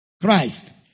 Christ